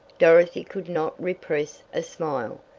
dorothy could not repress a smile.